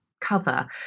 cover